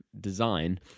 design